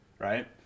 right